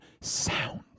sound